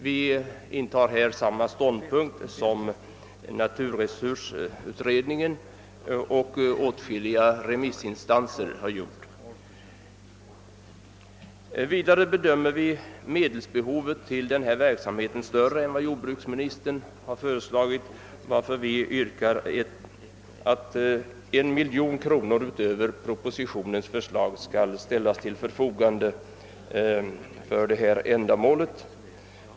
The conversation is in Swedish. Vi intar härvidlag samma ståndpunkt som naturresursutredningen och åtskilliga remissinstanser. För det andra bedömer vi medelsbehovet till denna verksamhet såsom större än vad jordbruksministern ansett, varför vi yrkar att en miljon kronor utöver propositionens förslag skall ställas till förfogande för detta ändamål.